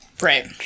right